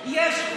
תבינו, יש חיים,